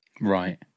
Right